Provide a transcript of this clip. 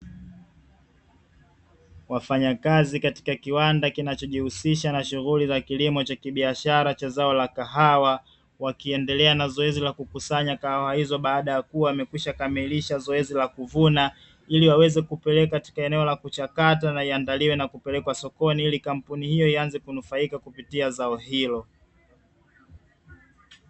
Wafanyakazi katika kiwanda kinachojihusisha na shughuli za kilimo cha kibiashara cha zao la kahawa, wakiendelea na zoezi la kukusanya kahawa hizo baada ya kuwa wamekwisha kamilisha zoezi la kuvuna, ili waweze kupeleka katika maeneo ya kuchakata na kuweza kuandaliwa kwa ajili ya kupeleka sokoni ili waweze kunufaika kupitia zao hilo.